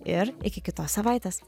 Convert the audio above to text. ir iki kitos savaitės